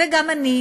וגם אני,